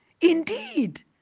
Indeed